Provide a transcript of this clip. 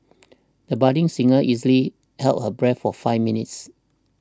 the budding singer easily held her breath for five minutes